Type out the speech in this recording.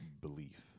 belief